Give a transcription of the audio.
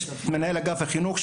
יש פה את מנהל אגף החינוך,